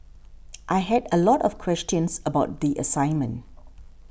I had a lot of questions about the assignment